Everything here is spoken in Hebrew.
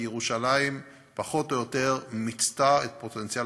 כי ירושלים פחות או יותר מיצתה את פוטנציאל